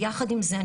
ויחד עם זה,